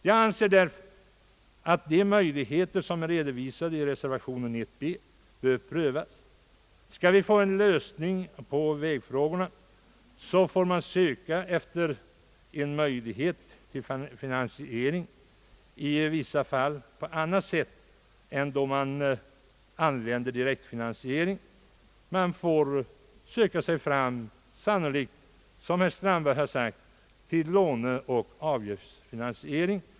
Jag anser därför att de möjligheter som redovisas i reservation d bör prövas. Skall man få en lösning på vägfrågorna får man söka efter en möjlighet till finansiering i vissa fall på annat sätt. Som herr Strandberg sagt får man sannolikt söka sig fram till låneoch avgiftsfinansiering.